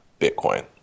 Bitcoin